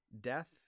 death